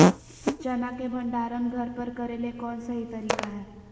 चना के भंडारण घर पर करेले कौन सही तरीका है?